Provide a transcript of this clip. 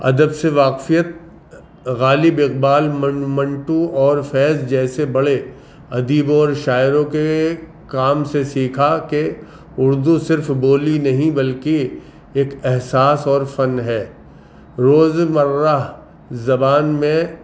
ادب سے واقفیت غالب اقبال منٹو اور فیض جیسے بڑے ادیبوں اور شاعروں کے کام سے سیکھا کہ اردو صرف بولی نہیں بلکہ ایک احساس اور فن ہے روز مرہ زبان میں